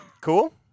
Cool